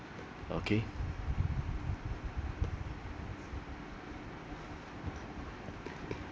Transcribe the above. okay